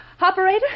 Operator